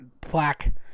plaque